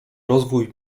rozwój